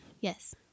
Yes